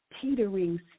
teetering